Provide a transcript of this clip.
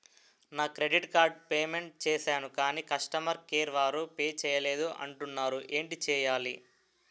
నా credit card payment చేసాను కాని కస్టమర్ కేర్ వారు పే చేయలేదు అంటున్నారు ఏంటి చేయాలి?